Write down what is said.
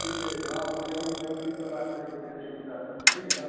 ठीक छै हँ तऽ लेकिन एहि चीजपर बात करयके फेर एहि मुद्दापर ठीक छै ने